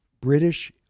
British